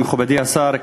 מכובדי השר,